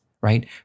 right